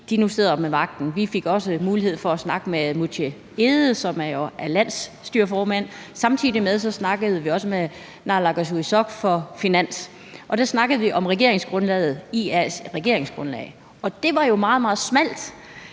nu sidder med magten. Vi fik også mulighed for at snakke med Muté B. Egede, som er landsstyreformand, og samtidig snakkede vi også med naalakkersuisoq for finanser, og der snakkede vi om regeringsgrundlaget, IA's regeringsgrundlag, og det var jo meget, meget smalt